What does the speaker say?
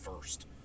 first